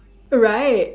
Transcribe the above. right